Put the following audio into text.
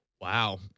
Wow